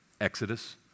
Exodus